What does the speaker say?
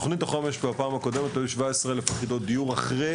בתוכנית החומש הקודמת היו 17,000 יחידות דיור אחרי